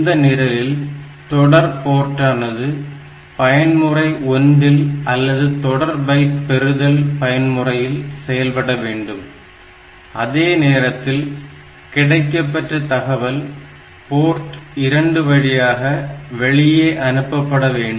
இந்த நிரலில் தொடர் போர்ட்டானது பயன்முறை 1 இல் அல்லது தொடர் பைட் பெறுதல் பயன்முறையில் செயல்படவேண்டும் அதே நேரத்தில் கிடைக்கப்பெற்ற தகவல் போர்ட் 2 வழியாக வெளியே அனுப்பபட வேண்டும்